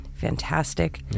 Fantastic